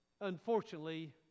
unfortunately